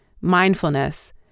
mindfulness